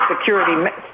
security